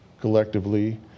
collectively